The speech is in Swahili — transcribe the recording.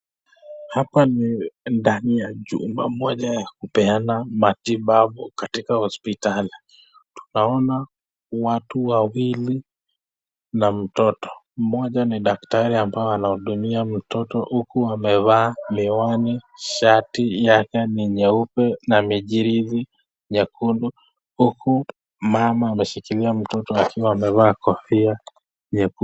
Hapa ni ndani ya jumba moja kupeana matibabu katika hospitali. Tunaona watu wawili na mtoto mmoja ni daktari ambao anahudumia mtoto huyu huku amevaa miwani, shati yake ni jeusi na mijirisi nyekundu huku mama ameshikilia mtoto akiwa amevaa kofia nyekundu.